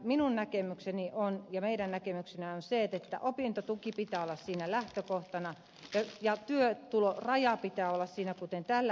minun näkemykseni ja meidän näkemyksemme on se että opintotuen pitää olla lähtökohtana ja työtulon rajan pitää olla siinä kuten tälläkin hetkellä